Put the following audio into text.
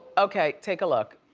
okay, take a look.